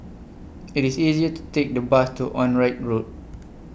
IT IS easier to Take The Bus to Onraet Road